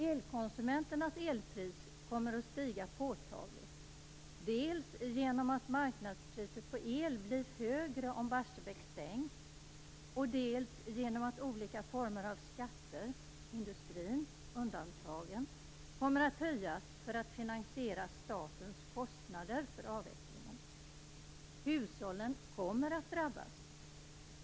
Elkonsumenternas elpris kommer att stiga påtagligt, dels genom att marknadspriset på el blir högre om Barsebäck stängs, dels genom att olika former av skatter, industrin undantagen, kommer att höjas för att finansiera statens kostnader för avvecklingen. Hushållen kommer att drabbas!